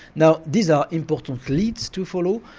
now these are important leads to follow,